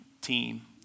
team